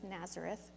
Nazareth